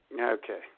Okay